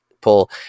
pull